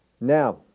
Now